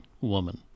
woman